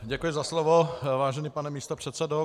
Děkuji za slovo, vážený pane místopředsedo.